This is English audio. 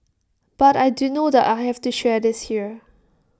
but I do know that I have to share this here